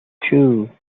two